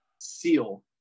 Seal